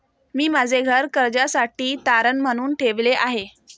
मी माझे घर कर्जासाठी तारण म्हणून ठेवले आहे